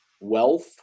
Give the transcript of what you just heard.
wealth